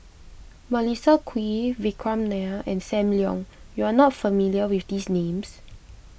Melissa Kwee Vikram Nair and Sam Leong you are not familiar with these names